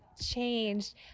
changed